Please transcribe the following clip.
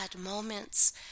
moments